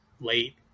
late